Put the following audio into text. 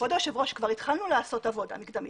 כבוד היושב ראש, כבר התחלנו לעשות עבודה מקדמית.